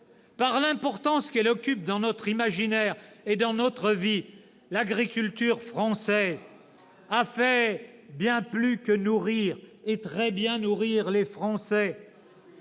par l'importance qu'elle occupe dans notre imaginaire et dans notre vie, l'agriculture française a fait bien plus que nourrir, et très bien nourrir, les Français.